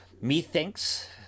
methinks